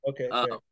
Okay